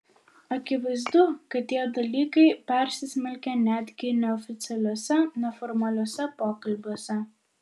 akivaizdu kad tie dalykai persismelkia netgi neoficialiuose neformaliuose pokalbiuose